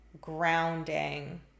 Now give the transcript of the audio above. grounding